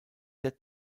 der